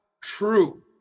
true